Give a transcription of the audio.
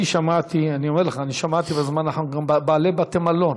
אני אומר לך, אני שמעתי בזמן האחרון בעלי בתי-מלון